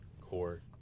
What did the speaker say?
core